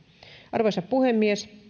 arvoisa puhemies